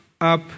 up